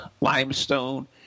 limestone